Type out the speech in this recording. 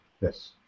Yes